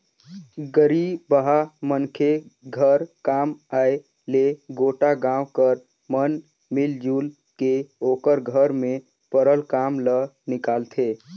गरीबहा मनखे घर काम आय ले गोटा गाँव कर मन मिलजुल के ओकर घर में परल काम ल निकालथें